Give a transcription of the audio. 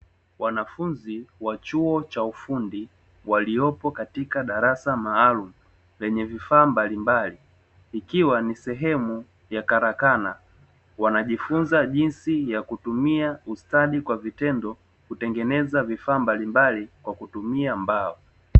Wanafunzi wa chuo cha ufundi waliopo katika darasa maalumu lenye vifaa mbalimbali ikiwa ni sehemu ya karakana, wanajifunza jinsi ya kutumia ustadi kwa vitendo kutengeneza vifaa mbalimbali kwa kutumia mbao.